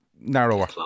narrower